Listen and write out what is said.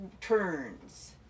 turns